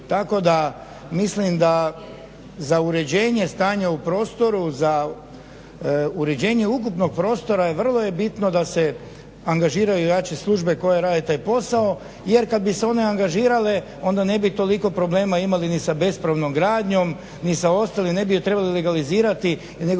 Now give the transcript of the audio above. tako da mislim da za uređenje stanja u prostoru, za uređenje ukupnog prostora je vrlo bitno da se angažiraju i naći službe koje rade taj posao jer kad bi se one angažirale onda ne bi toliko problema imali ni sa bespravnom gradnjom ni sa ostalim, ne bi je trebali legalizirati, nego